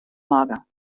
mager